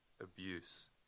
Abuse